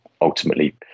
Ultimately